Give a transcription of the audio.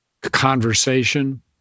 conversation